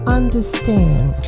understand